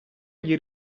gli